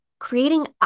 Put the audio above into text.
Creating